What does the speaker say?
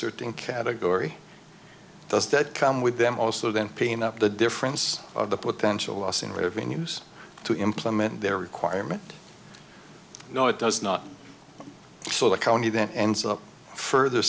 certain category does that come with them also then paying up the difference of the potential loss in revenues to implement their requirement no it does not so the county then ends up further